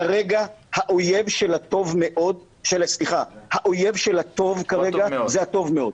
כרגע האויב של הטוב זה הטוב מאוד.